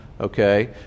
okay